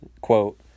quote